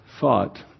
thought